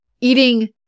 eating